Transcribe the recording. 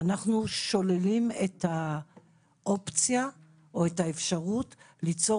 אנחנו שוללים את האופציה או את האפשרות ליצור